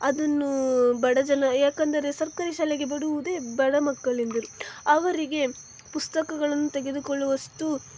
ಅದನ್ನು ಬಡ ಜನ ಯಾಕೆಂದರೆ ಸರ್ಕಾರಿ ಶಾಲೆಗೆ ಬಿಡುವುದೇ ಬಡಮಕ್ಕಳಿಂದಿರು ಅವರಿಗೆ ಪುಸ್ತಕಗಳನ್ನು ತೆಗೆದುಕೊಳ್ಳುವಷ್ಟು